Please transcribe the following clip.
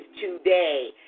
today